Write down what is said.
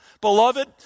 beloved